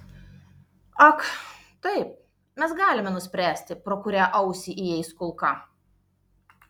ak taip mes galime nuspręsti pro kurią ausį įeis kulka